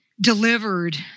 delivered